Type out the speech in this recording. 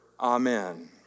Amen